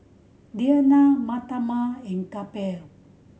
Neila Mahatma and Kapil